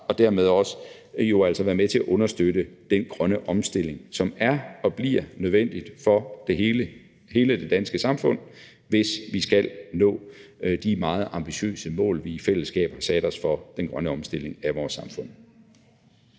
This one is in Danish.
og dermed jo altså også være med til at understøtte den grønne omstilling, som er og bliver nødvendig for hele det danske samfund, hvis vi skal nå de meget ambitiøse mål, vi i fællesskab har sat os for den grønne omstilling af vores samfund.